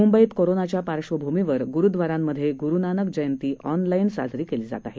म्ंबईतकोरोनाच्यापार्श्वभूमीवरग्रुद्वारांमध्येग्रुनानकजयंतीऑनलाईनसाजरीकेली जातआहे